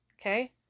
okay